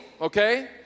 okay